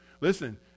Listen